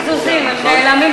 חוק-יסוד: נשיא המדינה (תיקון מס' 8)